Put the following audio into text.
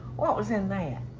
what was in that?